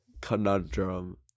conundrum